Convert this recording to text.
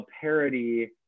parody